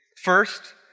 First